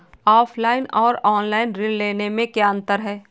Offline और online ऋण लेने में क्या अंतर है?